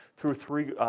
through three,